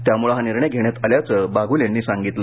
त्यामुळे हा निर्णय घेण्यात आल्याचे बागूल यांनी सांगितलं